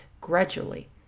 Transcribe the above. gradually